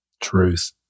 truth